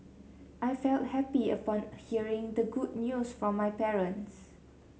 I felt happy upon hearing the good news from my parents